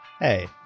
hey